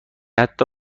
حتی